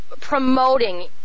promoting